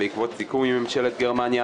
בעקבות סיכום עם ממשלת גרמניה.